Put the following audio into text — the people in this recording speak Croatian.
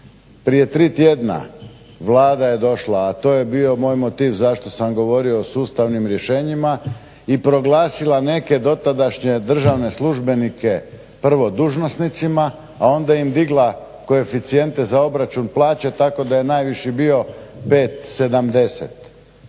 prije tri tjedna Vlada je došla, a to je bio moj motiv zašto sam govorio o sustavnim rješenjima i proglasila neke dotadašnje državne službenike prvo dužnosnicima a onda im digla koeficijente za obračun plaće tako da je najviši bio 5,70.